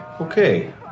Okay